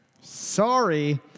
Sorry